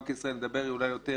למלווים.